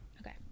Okay